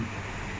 ya